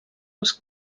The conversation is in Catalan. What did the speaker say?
als